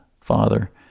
father